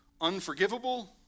unforgivable